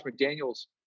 McDaniel's